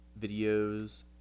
videos